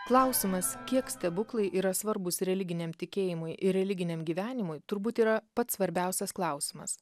klausimas kiek stebuklai yra svarbūs religiniam tikėjimui ir religiniam gyvenimui turbūt yra pats svarbiausias klausimas